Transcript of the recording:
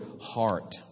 heart